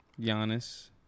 Giannis